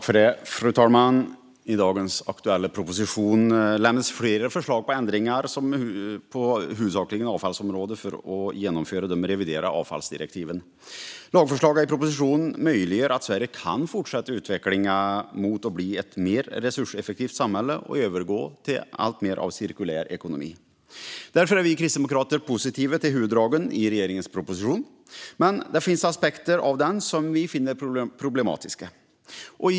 Fru talman! I dagens aktuella proposition lämnas flera förslag till ändringar, huvudsakligen på avfallsområdet, för att genomföra de reviderade avfallsdirektiven. Lagförslagen i propositionen möjliggör att Sverige kan fortsätta utvecklingen mot att bli ett mer resurseffektivt samhälle som kan övergå till alltmer av en cirkulär ekonomi. Därför är vi kristdemokrater positiva till huvuddragen i regeringens proposition. Men det finns aspekter av den som vi finner problematiska.